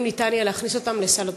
האם ניתן יהיה להכניס אותן לסל התרופות?